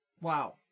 Wow